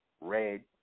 red